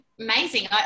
amazing